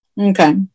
Okay